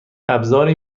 ابزاری